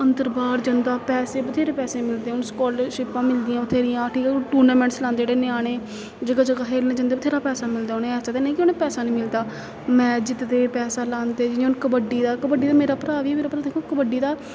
अंदर बाह्र जंदा पैसे बत्थेरे पैसे मिलदे हून स्कालरशिपां मिलदियां बत्थेरियां ठीक ऐ हून टूनामेंट्स लांदे जेह्ड़े ञ्यानें जगह जगह खेलन जंदे बत्थेरा पैसा मिलदा उ'नें ऐसा ते नेईं कि उ'नें पैसा निं मिलदा मैच जित्तदे पैसा लांदे जियां हून कबड्डी दा कबडी दा मेरा भ्राऽ बी मेरा भ्राऽ दिक्खो कबड्डी दा